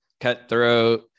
cutthroat